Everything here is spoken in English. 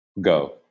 Go